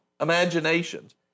imaginations